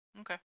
Okay